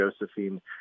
Josephine